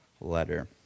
letter